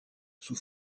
sous